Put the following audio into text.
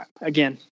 again